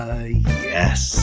yes